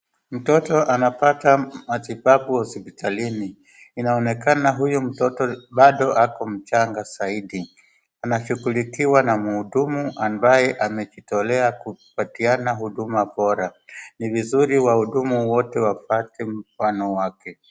Mtoto anapata matibabu hospitalini. Inaonekana huyu mtoto bado ako mchanga zaidi. Anashughulikiwa na mhudumu ambaye amejitolea kupatiana huduma bora. Ni vizuri wahudumu wote wafwate mfano wake.